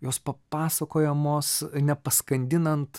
jos papasakojamos nepaskandinant